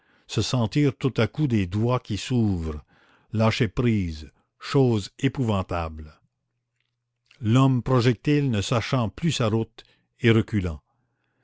se sentir tout à coup des doigts qui s'ouvrent lâcher prise chose épouvantable l'homme projectile ne sachant plus sa route et reculant